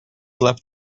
left